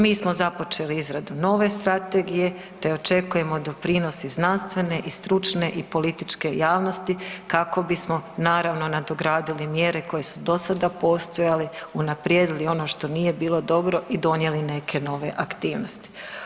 Mi smo započeli izradu nove strategije, te očekujemo doprinos i znanstvene i stručne i političke javnosti kako bismo naravno nadogradili mjere koje su do sada postojale, unaprijedili ono što nije bilo dobro i donijeli neke nove aktivnosti.